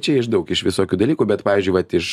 čia iš daug iš visokių dalykų bet pavyzdžiui vat iš